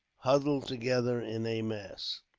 huddled together in a mass.